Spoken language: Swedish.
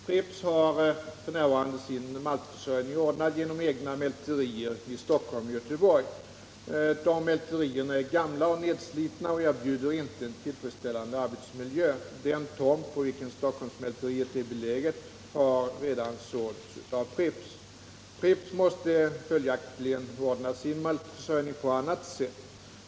Pripps har f.n. sin maltförsörjning ordnad genom egna mälterier i Stockholm och Göteborg. Dessa mälterier är gamla och nedslitna och erbjuder inte en tillfredsställande arbetsmiljö. Den tomt på vilken Stockholmsmälteriet är beläget har redan sålts av Pripps. Pripps måste följaktligen ordna sin maltförsörjning på annat sätt.